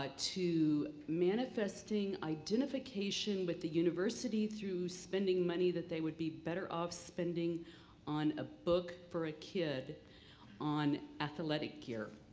ah to manifesting identification with the university through spending money they would be better off spending on a book for a kid on athletic gear,